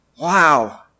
wow